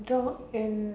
dog and